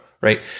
right